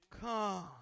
Come